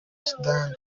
sudan